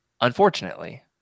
Unfortunately